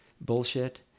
bullshit